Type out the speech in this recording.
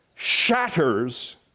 shatters